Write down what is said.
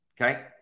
okay